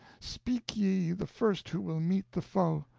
speak ye, the first who will meet the foe!